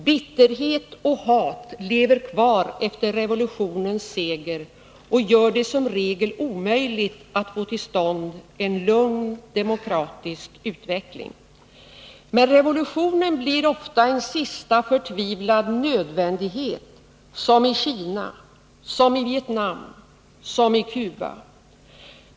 Bitterhet och hat lever kvar efter revolutionens seger och gör det som regel omöjligt att få tillstånd en lugn, demokratisk utveckling. Men revolutionen blir ofta en sista förtvivlad nödvändighet som i Kina, som i Vietnam, som på Cuba.